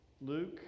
Luke